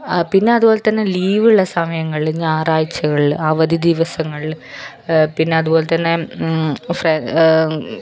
പിന്നെ അതുപോലെ തന്നെ ലീവുള്ള സമയങ്ങളിൽ ഞായറാഴ്ചകളിൽ അവധി ദിവസങ്ങളിൽ പിന്നതുപോലെതന്നെ